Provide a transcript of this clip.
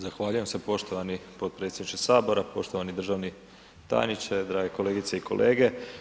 Zahvaljujem se poštovani potpredsjedniče Sabora, poštovani državni tajniče, drage kolegice i kolege.